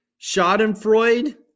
Schadenfreude